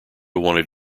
wanted